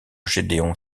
gédéon